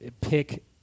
pick